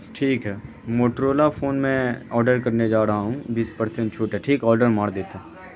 ٹھیک ہے Motorola phone میں آڈر کرنے جا رہا ہوں بیس پرسنٹ چھوٹ ہے ٹھیک آڈر مار دیتا ہوں